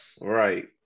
Right